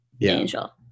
Angel